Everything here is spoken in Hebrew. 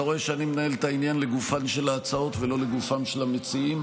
אתה רואה שאני מנהל את העניין לגופן של ההצעות ולא לגופם של המציעים.